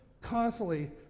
constantly